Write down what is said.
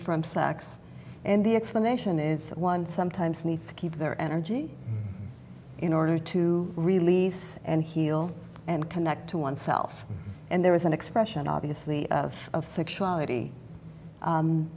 from sex and the explanation is one sometimes needs to keep their energy in order to release and heal and connect to oneself and there is an expression obviously of of sexuality